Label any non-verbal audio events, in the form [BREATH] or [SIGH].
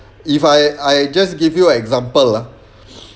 if I I just give you a example ah [BREATH]